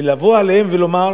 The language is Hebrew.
ולבוא אליהם ולומר